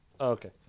Okay